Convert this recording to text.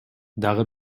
дагы